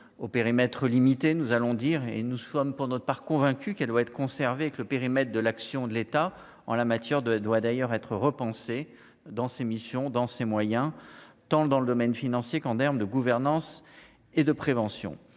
au périmètre limité, nous allons dire et nous sommes pour notre part, convaincus qu'elle doit être conservé que le périmètre de l'action de l'État en la matière de doit d'ailleurs être repensée dans ses missions dans ses moyens, tant dans le domaine financier quand derme de gouvernance et de prévention